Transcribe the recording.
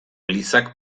elizak